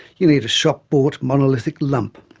you need a shop-bought monolithic lump.